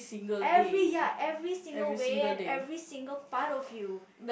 every ya every single way and every single part of you